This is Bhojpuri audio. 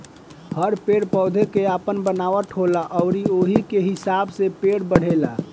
हर पेड़ पौधा के आपन बनावट होला अउरी ओही के हिसाब से पेड़ बढ़ेला